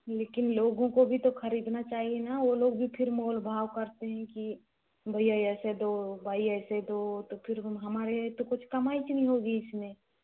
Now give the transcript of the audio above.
लेकिन लोगों को भी तो खरीदना चाहिए ना वो लोग भी फिर मोलभाव करते हैं कि भैया ऐसे दो भाई ऐसे दो तो फिर हम हमारे तो कुछ कमाई भी नहीं होगी इसमें